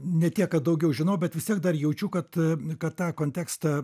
ne tiek kad daugiau žinau bet vis tiek dar jaučiu kad kad tą kontekstą